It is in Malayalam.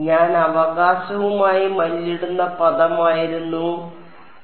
അതിനാൽ ഞാൻ അവകാശവുമായി മല്ലിടുന്ന പദമായിരുന്നു അത്